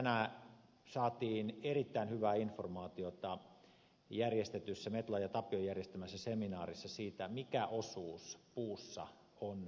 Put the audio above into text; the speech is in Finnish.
tänään saatiin erittäin hyvää informaatiota metlan ja tapion järjestämässä seminaarissa siitä mikä osuus puussa on ravinteita